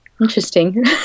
Interesting